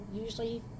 usually